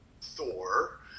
Thor